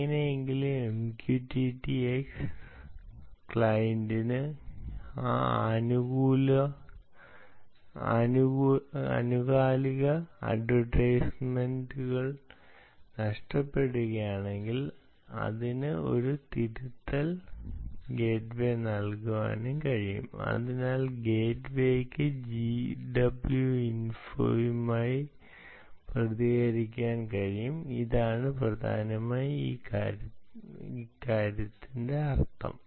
എങ്ങനെയെങ്കിലും MQTT S ക്ലയന്റിന് ആ ആനുകാലിക അഡ്വെർടൈസ്മെന്റുകൾ നഷ്ടപ്പെടുകയാണെങ്കിൽ ഇതിന് ഒരു തിരയൽ ഗേറ്റ്വേ നൽകാനും കഴിയും അതിനായി ഗേറ്റ്വേയ്ക്ക് GW Info യു മായി പ്രതികരിക്കാൻ കഴിയും അതാണ് പ്രധാനമായും ഈ കാര്യത്തിന്റെ അർത്ഥം